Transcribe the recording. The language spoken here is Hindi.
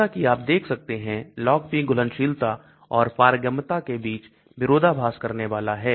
जैसा कि आप देख सकते हैं LogP घुलनशीलता और पारगम्यता के बीच विरोधाभास करने वाला है